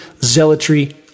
zealotry